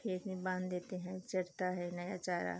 खेत में बाँध देते हैं चरता है नया चारा